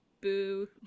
Boo